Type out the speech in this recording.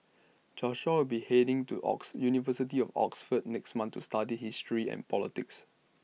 Joshua will be heading to Oxford university of Oxford next month to study history and politics